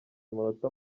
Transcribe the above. amanota